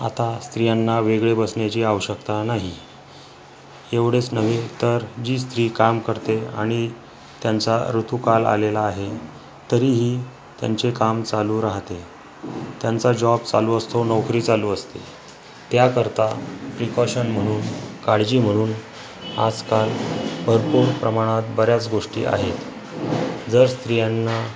आता स्त्रियांना वेगळे बसण्याची आवश्यकता नाही एवढेच नव्हे तर जी स्त्री काम करते आणि त्यांचा ऋतूकाल आलेला आहे तरीही त्यांचे काम चालू राहते त्यांचा जॉब चालू असतो नोकरी चालू असते त्याकरता प्रिकॉशन म्हणून काळजी म्हणून आजकाल भरपूर प्रमाणात बऱ्याच गोष्टी आहेत जर स्त्रियांना